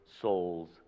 souls